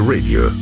Radio